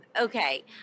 okay